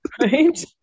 Right